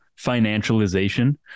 financialization